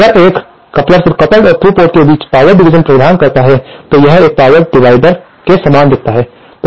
क्योंकि अगर एक कपलर सिर्फ कपल्ड और थ्रू पोर्ट के बीच पावर डिवीज़न प्रदान कर रहा है तो यह एक पावर डिवाइडर के समान दिखता है